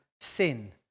sin